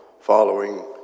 following